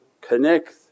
connect